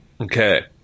Okay